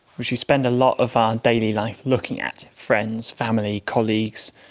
which we spend a lot of our daily life looking at friends, family, colleagues,